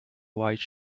white